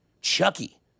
Chucky